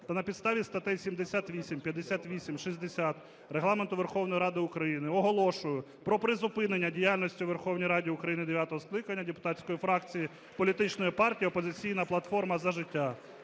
та на підставі статей 78, 58, 60 Регламенту Верховної Ради України оголошую про призупинення діяльності у Верховній Раді України дев'ятого скликання депутатської фракції політичної партії "Опозиційна платформа - За життя"